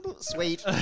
sweet